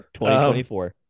2024